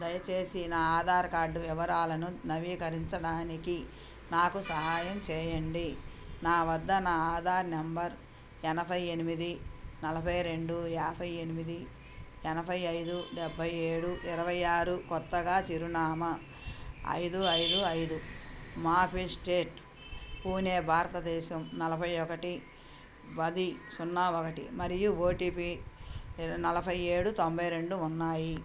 దయచేసి నా ఆధార్ కార్డు వివరాలను నవీకరించడానికి నాకు సహాయం చేయండి నా వద్ద నా ఆధార్ నెంబర్ ఎనభై ఎనిమిది నలభై రెండు యాభై ఎనిమిది ఎనభై ఐదు డెబ్బై ఏడు ఇరవై ఆరు కొత్తగా చిరునామా ఐదు ఐదు ఐదు మాపీ స్ట్రీట్ పూణే భారతదేశం నలభై ఒకటి పది సున్నా ఒకటి మరియు ఓ టీ పీ నలభై ఏడు తొంభై రెండు ఉన్నాయి